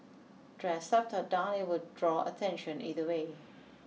dressed up or down it will draw attention either way